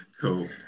Cool